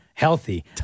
healthy